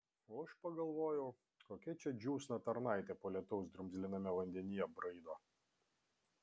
o aš pagalvojau kokia čia džiūsna tarnaitė po lietaus drumzliname vandenyje braido